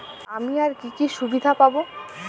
আমি আর কি কি সুবিধা পাব?